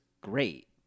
great